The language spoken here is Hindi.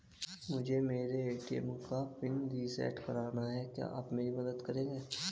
मुझे मेरे ए.टी.एम का पिन रीसेट कराना है क्या आप मेरी मदद करेंगे?